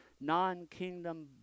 non-kingdom